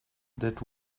that